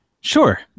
Sure